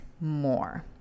more